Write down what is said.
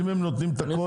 אם הם נותנים את הכול.